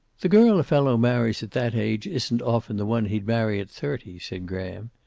the girl a fellow marries at that age isn't often the one he'd marry at thirty, said graham.